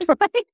Right